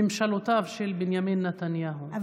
ממשלותיו של בנימין נתניהו,